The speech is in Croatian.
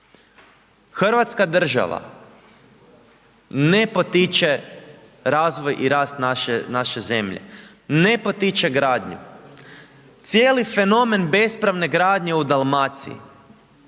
Hrvatska država ne potiče razvoj i rast naše zemlje, ne potiče gradnju, cijeli fenomen bespravne gradnje u Dalmaciji